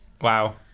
Wow